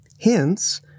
Hence